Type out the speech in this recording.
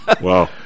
Wow